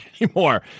anymore